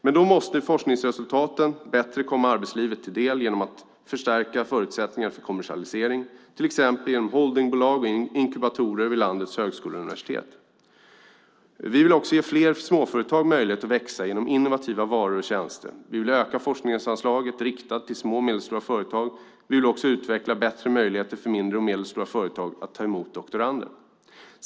Men då måste forskningsresultaten bättre komma arbetslivet till del genom att man förstärker förutsättningarna för kommersialisering, till exempel genom holdingbolag och inkubatorer vid landets högskolor och universitet. Vi vill också ge fler småföretag möjlighet att växa genom innovativa varor och tjänster. Vi vill öka forskningsanslaget riktat till små och medelstora företag. Vi vill ge bättre möjligheter för mindre och medelstora företag att ta emot doktorander.